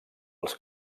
els